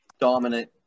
dominant